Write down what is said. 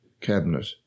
Cabinet